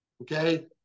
okay